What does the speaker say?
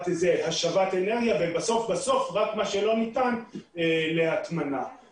השבת אנרגיה ובסוף בסוף, רק מה שלא ניתן, להטמנה.